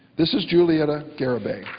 this is juliet ah garabay.